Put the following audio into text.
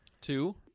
two